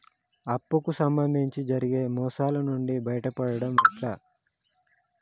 అప్పు కు సంబంధించి జరిగే మోసాలు నుండి బయటపడడం ఎట్లా?